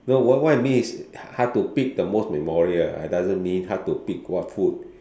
no what what I mean is hard to pick the most memorable I doesn't mean hard to pick what food